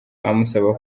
amusaba